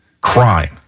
crime